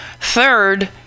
Third